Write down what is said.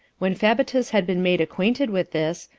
when fabatus had been made acquainted with this,